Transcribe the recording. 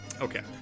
Okay